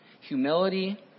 Humility